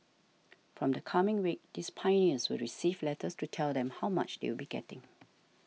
from the coming week these Pioneers will receive letters to tell them how much they will be getting